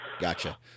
Gotcha